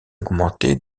augmenté